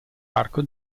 arco